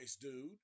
dude